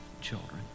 children